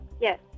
Yes